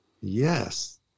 Yes